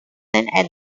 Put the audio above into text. and